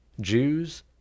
Jews